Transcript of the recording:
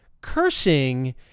cursing